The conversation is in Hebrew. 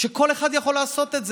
כשכל אחד יכול לעשות את זה,